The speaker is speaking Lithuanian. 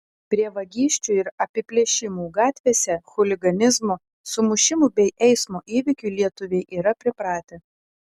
prie vagysčių ir apiplėšimų gatvėse chuliganizmo sumušimų bei eismo įvykių lietuviai yra pripratę